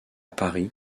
paris